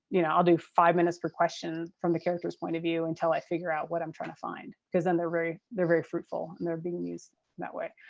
you know, i'll do five minutes per question from the character's point of view until i figure out what i'm trying to find, because then they're very they're very fruitful and they're being used that way.